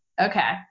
Okay